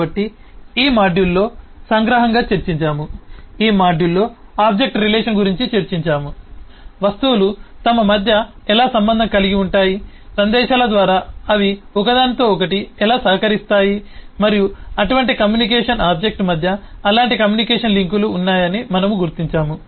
కాబట్టి ఈ మాడ్యూల్లో సంగ్రహంగా చర్చించాము ఈ మాడ్యూల్లో ఆబ్జెక్ట్ రిలేషన్ గురించి చర్చించాము వస్తువులు తమ మధ్య ఎలా సంబంధం కలిగి ఉంటాయి సందేశాల ద్వారా అవి ఒకదానితో ఒకటి ఎలా సహకరిస్తాయి మరియు అటువంటి కమ్యూనికేషన్ ఆబ్జెక్ట్ మధ్య అలాంటి కమ్యూనికేషన్ లింకులు ఉన్నాయని మనము గుర్తించాము